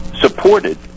supported